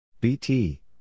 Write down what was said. BT